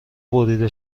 بریده